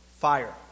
Fire